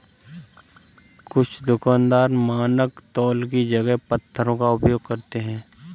कुछ दुकानदार मानक तौल की जगह पत्थरों का प्रयोग करते हैं